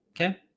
Okay